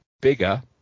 bigger